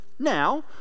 now